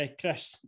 Chris